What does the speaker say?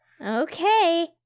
Okay